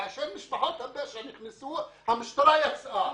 כאשר משפחות הפשע נכנסו, המשטרה יצאה.